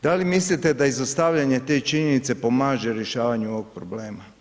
Da li mislite da izostavljanje te činjenice pomaže rješavanju ovog problema?